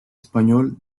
español